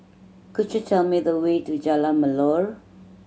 could you tell me the way to Jalan Melor